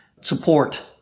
support